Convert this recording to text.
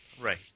Right